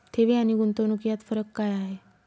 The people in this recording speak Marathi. ठेवी आणि गुंतवणूक यात फरक काय आहे?